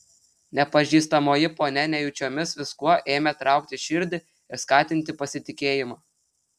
nepažįstamoji ponia nejučiomis viskuo ėmė traukti širdį ir skatinti pasitikėjimą